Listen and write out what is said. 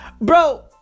bro